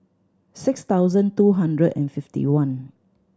six thousand two hundred and fifty one